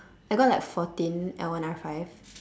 I got like fourteen L one R five